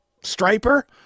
Striper